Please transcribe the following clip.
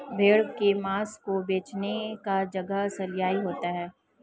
भेड़ की मांस को बेचने का जगह सलयार्ड होता है